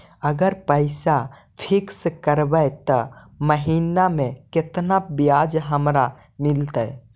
अगर पैसा फिक्स करबै त महिना मे केतना ब्याज हमरा मिलतै?